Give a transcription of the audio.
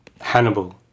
Hannibal